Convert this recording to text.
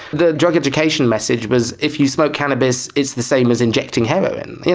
the drug education message was if you smoke cannabis, it's the same as injecting heroin. yeah